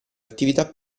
attività